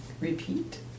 Repeat